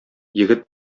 егет